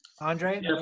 andre